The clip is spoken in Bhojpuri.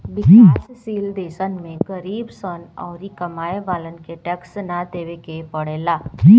विकाश शील देशवन में गरीब सन अउरी कमाए वालन के टैक्स ना देवे के पड़ेला